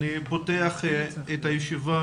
אני פותח את הישיבה